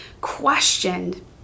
questioned